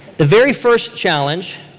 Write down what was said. the very first challenge,